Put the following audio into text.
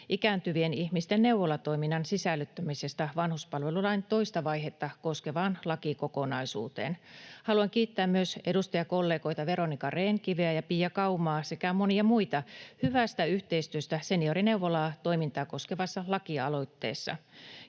ikääntyvien ihmisten neuvolatoiminnan sisällyttämisestä vanhuspalvelulain toista vaihetta koskevaan lakikokonaisuuteen. Haluan kiittää myös edustajakollegoita Veronica Rehn-Kiveä ja Pia Kaumaa sekä monia muita hyvästä yhteistyöstä seniorineuvolatoimintaa koskevassa lakialoitteessa.